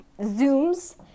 zooms